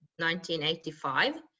1985